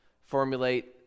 formulate